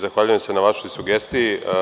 Zahvaljujem se na vašoj sugestiji.